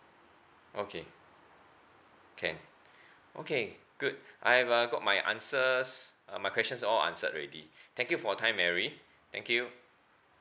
okay can okay good I've uh got my answers uh my questions all are answered already thank you for your time mary thank you